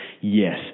yes